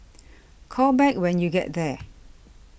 call back when you get there